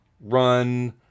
run